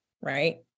right